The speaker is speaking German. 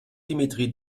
dimitri